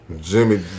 Jimmy